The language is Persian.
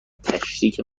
تشریک